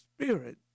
spirit